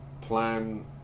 plan